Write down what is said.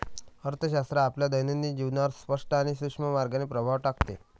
अर्थशास्त्र आपल्या दैनंदिन जीवनावर स्पष्ट आणि सूक्ष्म मार्गाने प्रभाव टाकते